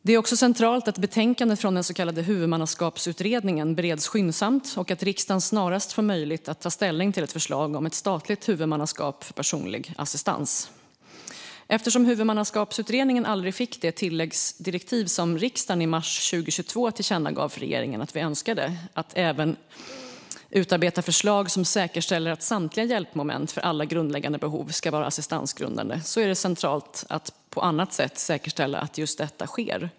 Det är också centralt att betänkandet från Huvudmannaskapsutredningen bereds skyndsamt och att riksdagen snarast får möjlighet att ta ställning till ett förslag om ett statligt huvudmannaskap för personlig assistans. Eftersom Huvudmannaskapsutredningen aldrig fick det tilläggsdirektiv som riksdagen i mars 2022 tillkännagav för regeringen att man önskade och som handlade om att även utarbeta förslag som säkerställer att samtliga hjälpmoment för alla grundläggande behov ska vara assistansgrundande är det centralt att på annat sätt säkerställa att just detta sker.